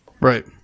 right